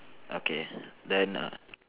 okay then err